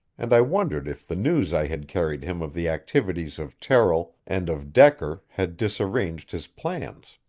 and i wondered if the news i had carried him of the activities of terrill and of decker had disarranged his plans.